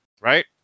right